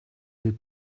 did